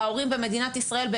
ההורים במדינת ישראל,